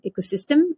ecosystem